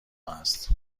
است